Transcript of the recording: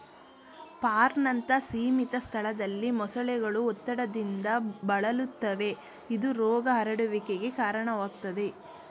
ಫಾರ್ಮ್ನಂತ ಸೀಮಿತ ಸ್ಥಳದಲ್ಲಿ ಮೊಸಳೆಗಳು ಒತ್ತಡದಿಂದ ಬಳಲುತ್ತವೆ ಇದು ರೋಗ ಹರಡುವಿಕೆಗೆ ಕಾರಣವಾಗ್ತದೆ